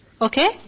Okay